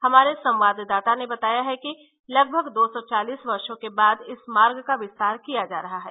हमारे संवाददाता ने बताया है कि लगभग दो सौ चालिस वर्षो के बाद इस मार्ग का विस्तार किया जा रहा है